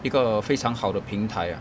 一个非常好的平台 ah